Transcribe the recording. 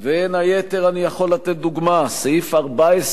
בין היתר אני יכול לתת דוגמה: סעיף 14כ(א)